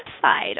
side